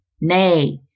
Nay